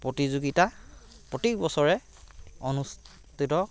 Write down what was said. প্ৰতিযোগিতা প্ৰত্য়েক বছৰে অনুষ্ঠিত